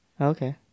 Okay